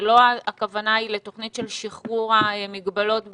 ולא הכוונה היא לתכנית של שחרור המגבלות בהדרגה.